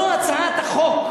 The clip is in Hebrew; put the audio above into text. זאת לא הצעת החוק.